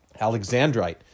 Alexandrite